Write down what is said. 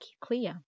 clear